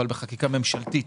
אבל בחקיקה ממשלתית,